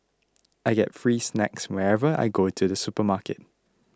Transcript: I get free snacks whenever I go to the supermarket